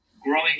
growing